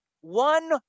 One